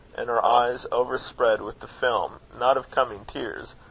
and her eyes overspread with the film, not of coming tears,